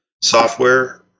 software